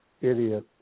idiot